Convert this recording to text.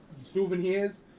Souvenirs